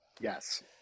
Yes